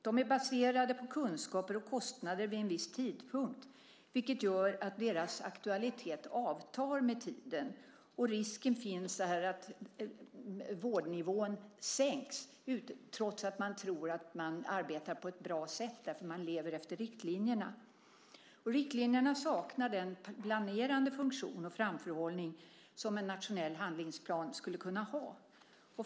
De är baserade på kunskaper och kostnader vid en viss tidpunkt, vilket gör att deras aktualitet avtar med tiden. Risken finns att vårdnivån sänks trots att man tror att man arbetar på ett bra sätt och lever efter riktlinjerna. Riktlinjerna saknar den planerande funktion och framförhållning som en nationell handlingsplan skulle kunna ha.